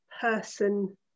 person